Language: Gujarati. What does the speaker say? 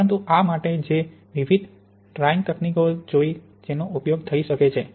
પરંતુ આ માટે જે વિવિધ ડ્રાઇંગ તકનીકીઓ જોઈ જેનો ઉપયોગ થઈ શકે છે